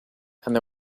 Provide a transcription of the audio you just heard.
they